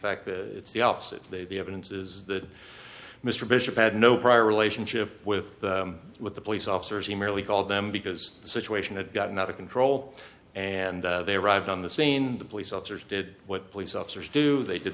fact it's the opposite they be evidence is that mr bishop had no prior relationship with the with the police officers he merely called them because the situation had gotten out of control and they arrived on the scene the police officers did what police officers do they did